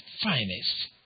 finest